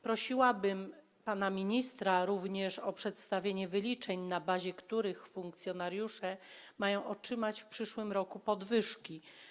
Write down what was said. Prosiłabym pana ministra również o przedstawienie wyliczeń, na podstawie których funkcjonariusze mają otrzymać w przyszłym roku podwyżki.